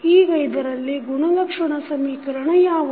ಈಗ ಇದರಲ್ಲಿ ಗುಣಲಕ್ಷಣ ಸಮೀಕರಣ ಯಾವುದು